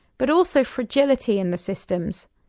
but also fragility in the systems.